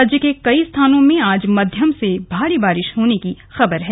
राज्य के कई स्थानों में आज मध्यम से भारी बारिश होने की खबर है